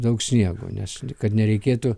daug sniego nes kad nereikėtų